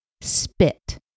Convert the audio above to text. spit